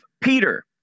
Peter